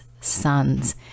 sons